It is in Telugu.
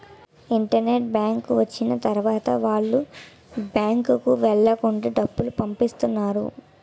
ఇంటర్నెట్ బ్యాంకు వచ్చిన తర్వాత వాళ్ళు బ్యాంకుకు వెళ్లకుండా డబ్బులు పంపిత్తన్నారు